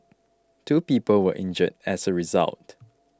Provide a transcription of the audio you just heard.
two people were injured as a result